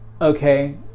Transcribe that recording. Okay